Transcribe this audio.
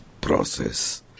process